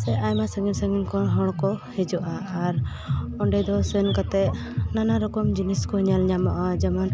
ᱥᱮ ᱟᱭᱢᱟ ᱥᱟᱺᱜᱤᱧ ᱥᱟᱺᱜᱤᱧ ᱠᱷᱚᱱ ᱦᱚᱲᱠᱚ ᱦᱤᱡᱩᱜᱼᱟ ᱟᱨ ᱚᱸᱰᱮ ᱫᱚ ᱥᱮᱱ ᱠᱟᱛᱮᱫ ᱱᱟᱱᱟ ᱨᱚᱠᱚᱢ ᱡᱤᱱᱤᱥ ᱠᱚ ᱧᱮᱞ ᱧᱟᱢᱚᱜᱼᱟ ᱡᱮᱢᱚᱱ